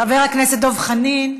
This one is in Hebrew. חברת הכנסת דב חנין,